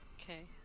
Okay